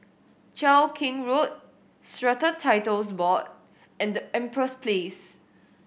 Cheow Keng Road Strata Titles Board and Empress Place